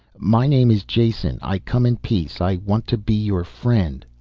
my name is jason. i come in peace. i want to be your friend.